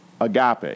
agape